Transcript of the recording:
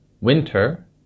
winter